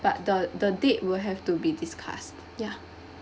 but the the date will have to be discussed ya